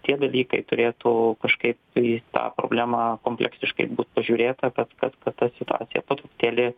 tie dalykai turėtų kažkaip į tą problemą kompleksiškai būt pažiūrėta kad kad va ta situacija po truputėlį